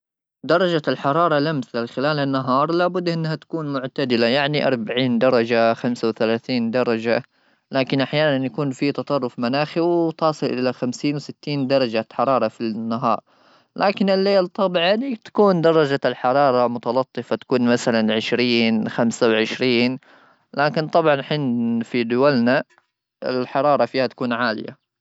درجه الحراره الامس خلال النهار لابد انها تكون معتدله يعني اربعين درجه خمسه وثلاثين درجه لكن احيانا يكون في تطرف مناخي وتوصل الى خمسين وستين درجه حراره في النهار لكن الليل طبعا تكون درجه الحراره متلفه تكون مثلا عشرين خمسه وعشرين لكن طبعا الحين في دولنا الحراره فيها تكون عاليه.